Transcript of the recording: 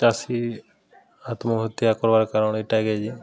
ଚାଷୀ ଆତ୍ମହତ୍ୟା କର୍ବାର୍ କାରଣ୍ ଇଟା ଆଏ ଯେ କେ